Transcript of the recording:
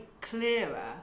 clearer